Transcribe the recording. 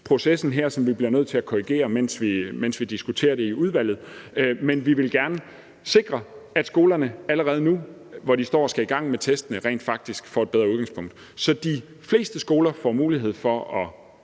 processen her, som vi bliver nødt til at korrigere, mens vi diskuterer det i udvalget, men vi vil gerne sikre, at skolerne allerede nu, hvor de står og skal i gang med testene, rent faktisk får et bedre udgangspunkt. Så de fleste skoler får mulighed for at